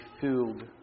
filled